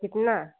कितना